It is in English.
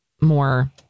more